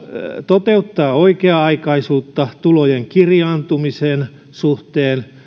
toteuttaa oikea aikaisuutta tulojen kirjaantumisen suhteen